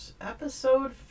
episode